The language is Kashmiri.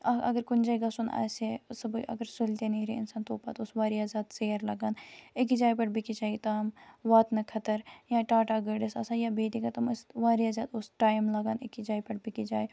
اگر کُنہِ جایہِ گَژھُن آسہِ ہے صبحٲے اگر سُلہِ تہِ نیٚرِہے اِنسان توپَتہٕ اوس واریاہ زیادٕ ژیر لَگان أکِس جایہِ پٮ۪ٹھ بیٚکِس جایہِ تام واتنہٕ خٲطر یا ٹاٹا گٲڑۍ ٲس آسان یا بیٚیہِ تہِ کیٚنٛہہ تم ٲسۍ واریاہ زیادٕ اوس ٹَایِم لَگان أکِس جایہِ پٮ۪ٹھ بیٚکِس جایہِ